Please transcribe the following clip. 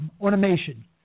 automation